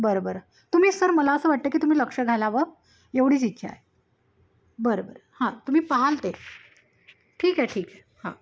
बरं बरं तुम्ही सर मला असं वाटतं की तुम्ही लक्ष घालावं एवढीच इच्छा आहे बरं बरं हां तुम्ही पहाल ते ठीक आहे ठीक आहे हां